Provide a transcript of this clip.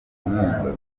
nkunga